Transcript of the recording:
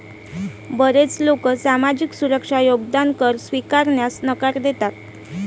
बरेच लोक सामाजिक सुरक्षा योगदान कर स्वीकारण्यास नकार देतात